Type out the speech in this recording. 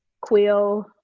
Quill